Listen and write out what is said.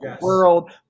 world